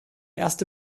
erste